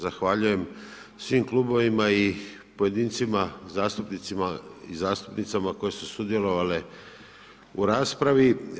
Zahvaljujem svim klubovima i pojedincima zastupnicima i zastupnicama koje su sudjelovali u raspravi.